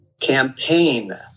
campaign